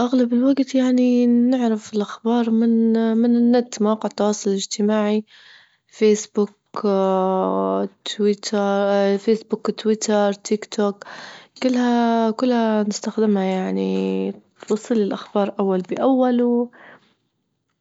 أغلب الوجت يعني نعرف الأخبار من- من النت، مواقع التواصل الإجتماعي فيسبوك تويت-فيسبوك، تويتر، تيك توك كلها- كلها نستخدمها يعني، توصل لي الأخبار أول بأول،